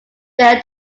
their